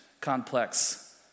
complex